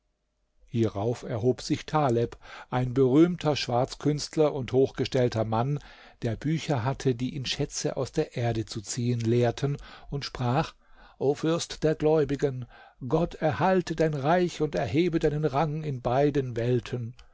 hierauf erhob sich taleb ein berühmter schwarzkünstler und hochgestellter mann der bücher hatte die ihn schätze aus der erde zu ziehen lehrten und sprach o fürst der gläubigen gott erhalte dein reich und erhebe deinen rang in beiden welten